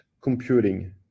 computing